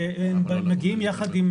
בין אם